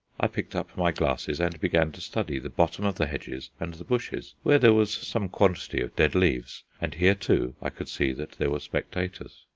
i picked up my glasses and began to study the bottom of the hedges and the bushes, where there was some quantity of dead leaves, and here, too, i could see that there were spectators.